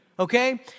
Okay